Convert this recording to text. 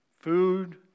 food